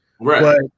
Right